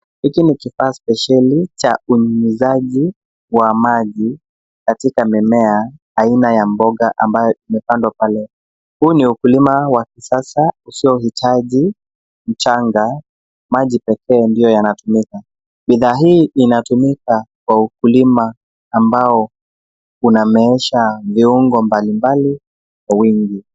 Hiki ni kifaa spesheli cha unyunyizaji wa maji katika mimea aina ya mboga ambayo imepandwa pale. Huu ni ukulima wa kisasa usiohitaji mchanga, maji pekee ndio yanayotumika. Bidhaa hii inatumika Kwa ukulima ambao unameesha viungo mbalimbali kwa wingi.